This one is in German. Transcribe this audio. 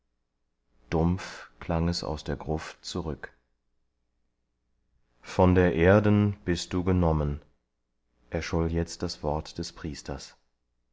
dumpf klang es aus der gruft zurück von der erden bist du genommen erscholl jetzt das wort des priesters